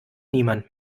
niemand